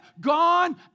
gone